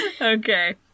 Okay